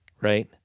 right